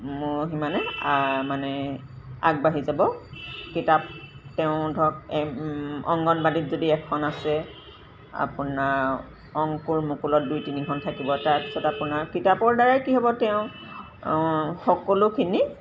মোৰ সিমানে মানে আগবাঢ়ি যাব কিতাপ তেওঁ ধৰক অংগনবাদীত যদি এখন আছে আপোনাৰ অংকুৰ মুকুলত দুই তিনিখন থাকিব তাৰপিছত আপোনাৰ কিতাপৰ দ্বাৰাই কি হ'ব তেওঁ সকলোখিনি